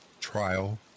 Trial